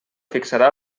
fixarà